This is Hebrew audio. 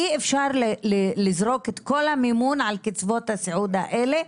אי אפשר לזרוק את כל המימון על קצבאות הסיעוד האלה.